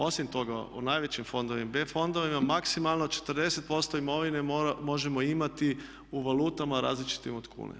Osim toga u najvećim fondovima, B fondovima, maksimalno 40% imovine možemo imati u valutama različitim od kune.